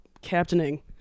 captaining